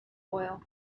oil